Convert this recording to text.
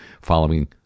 following